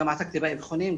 עסקתי באבחונים,